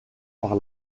par